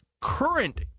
current